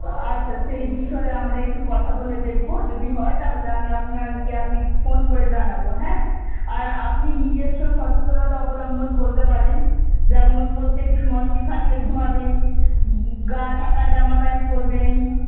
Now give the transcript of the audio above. আচ্ছা সেই বিষয়েও আমরা একটু কথা বলে দেখব যদি হয় তাহলে আমি আপনার কে আপনি ফোন করে জানাবো হ্যাঁ আর আপনি নিজস্ব সচেতনতা অবলম্বন করতে পারেন যেমন প্রত্যেক দিন মশারি খাটিয়ে ঘুমাবেন গা ঢাকা জামা প্যান্ট পরবেন